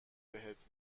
بهت